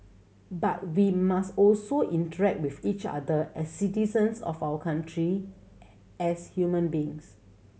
but we must also interact with each other as citizens of our country as human beings